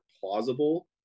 plausible